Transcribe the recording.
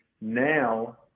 now